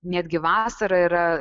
netgi vasarą yra